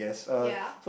ya